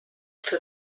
für